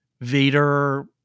Vader